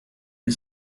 you